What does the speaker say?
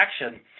action